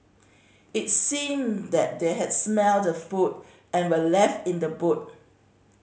it seemed that they had smelt the food and were left in the boot